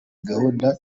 gahunda